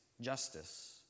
justice